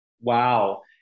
Wow